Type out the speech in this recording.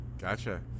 Gotcha